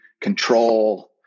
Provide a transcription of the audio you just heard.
control